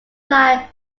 fly